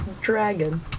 Dragon